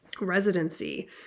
residency